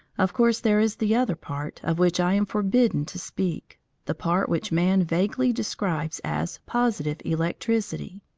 of course there is the other part, of which i am forbidden to speak the part which man vaguely describes as positive electricity.